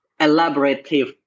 elaborative